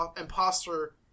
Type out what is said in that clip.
Imposter